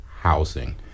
housing